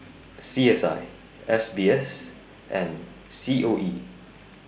C S I S B S and C O E